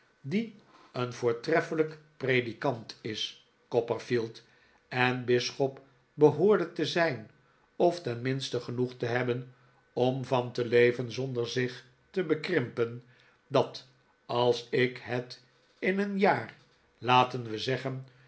die een voortreffelijk predikant is copperfield en bisschop behoorde te zijn of tenminste genoeg te hebben om van te leven zonder zich te bekrimpen dat als ik het in een jaar laten we zeggen